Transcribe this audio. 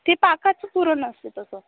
ती पाकाचं पुरण असते तसं